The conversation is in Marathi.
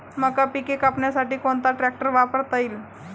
मका पिके कापण्यासाठी कोणता ट्रॅक्टर वापरता येईल?